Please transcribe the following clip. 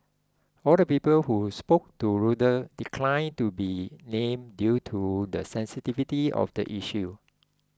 all the people who spoke to Reuter declined to be named due to the sensitivity of the issue